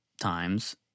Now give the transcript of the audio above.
times